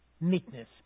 meekness